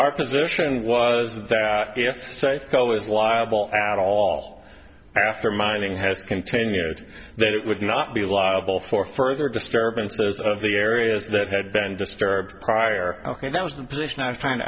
our position was that if go is liable at all after mining has continued that it would not be liable for further disturbances of the areas that had been disturbed prior ok that was the position i find